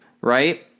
right